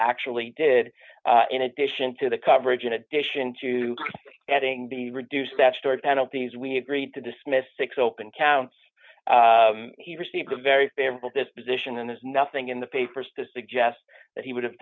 actually did in addition to the coverage in addition to getting the reduced that story penalties we agreed to dismissed six open counts he received a very favorable disposition and there's nothing in the papers to suggest that he would have